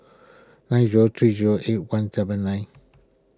nine zero three zero eight one seven nine